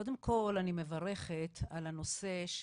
קודם כל אני מברכת על הנושא.